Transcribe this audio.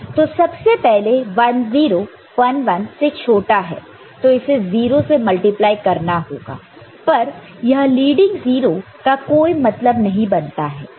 D d x q r तो सबसे पहले 1 0 1 1 से छोटा है तो इसे 0 से मल्टिप्लाई करना होगा पर यह लीडिंग 0 का कोई मतलब नहीं बनता है